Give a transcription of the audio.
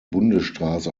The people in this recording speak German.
bundesstraße